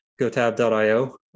gotab.io